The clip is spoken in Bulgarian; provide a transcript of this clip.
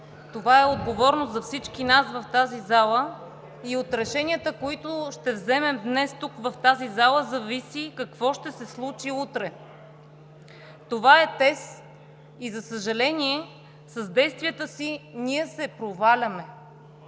Това е отговорност за всички нас в тази зала и от решенията, които ще вземем днес в тази зала, зависи какво ще се случи утре. Това е тест и, за съжаление, с действията си ние се проваляме.